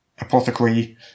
Apothecary